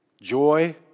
Joy